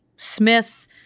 Smith